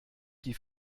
die